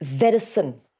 medicine